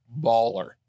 baller